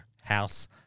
house